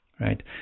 right